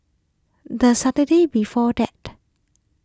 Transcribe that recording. the Saturday before that